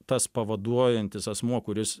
tas pavaduojantis asmuo kuris